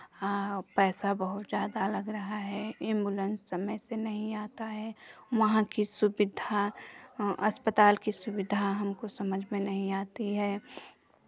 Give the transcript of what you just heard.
पैसा बहुत ज़्यादा लग रहा है एम्बुलेंस समय से नहीं आता है वहाँ कि सुविधा अस्पताल की सुविधा हमको समझ में नहीं आती है